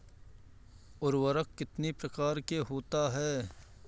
उर्वरक कितनी प्रकार के होता हैं?